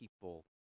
people